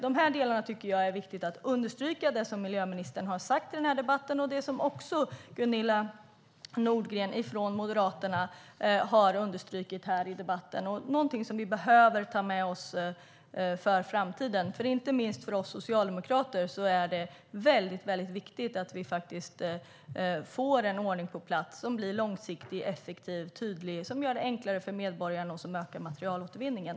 Det är som sagt viktigt att understryka det som miljöministern och Gunilla Nordgren från Moderaterna har sagt i debatten och ta med oss det inför framtiden. Inte minst för oss socialdemokrater är det väldigt viktigt att vi får en ordning på plats som blir långsiktig, effektiv och tydlig och som gör det enklare för medborgarna och ökar materialåtervinningen.